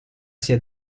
sia